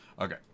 okay